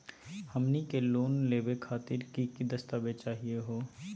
हमनी के लोन लेवे खातीर की की दस्तावेज चाहीयो हो?